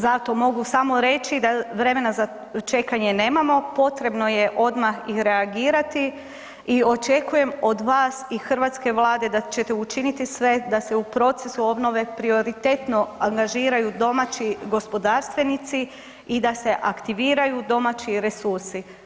Zato mogu samo reći da vremena za čekanje nemamo, potrebno je odmah reagirati i očekujem od vas i hrvatske Vlade da ćete učiniti sve da se u procesu obnove prioritetno angažiraju domaći gospodarstvenici i da se aktiviraju domaći resursi.